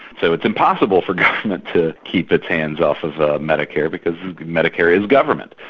so it's impossible for government to keep its hands off of ah medicare because medicare is government.